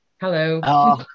Hello